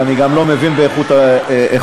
ואני גם לא מבין באיכות האוויר.